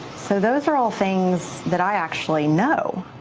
so those are all things that i actually know.